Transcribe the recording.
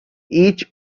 each